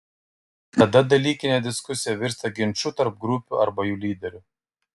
tada dalykinė diskusija virsta ginču tarp grupių arba jų lyderių